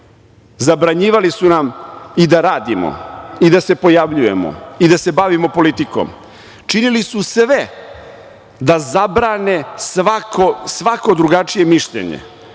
videli. Zabranjivali su nam i da radimo i da se pojavljujemo i da se bavimo politikom, činili su sve da zabrane svako drugačije mišljenje.